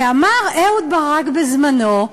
אמר אהוד ברק בזמנו: